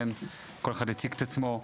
כל אחד יציג את עצמו.